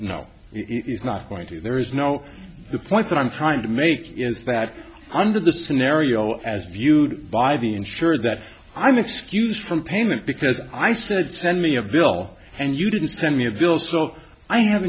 to there is no point that i'm trying to make is that under the scenario as viewed by the insured that i'm excused from payment because i said send me a bill and you didn't send me a bill so i have